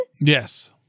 Yes